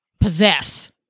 possess